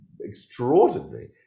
extraordinary